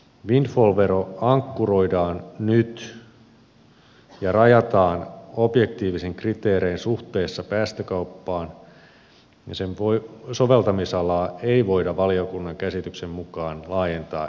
windfall vero ankkuroidaan nyt ja rajataan objektiivisin kriteerein suhteessa päästökauppaan ja sen soveltamisalaa ei voida valiokunnan käsityksen mukaan laajentaa enää myöhemmin